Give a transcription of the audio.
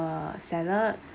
a salad